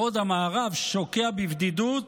בעוד המערב שוקע בבדידות,